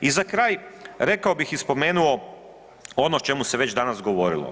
I za kraj, rekao bih i spomenuo ono o čemu se već danas govorilo.